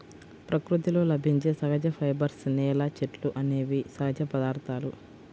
ప్రకృతిలో లభించే సహజ ఫైబర్స్, నేల, చెట్లు అనేవి సహజ పదార్థాలు